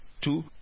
two